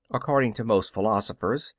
according to most philosophers,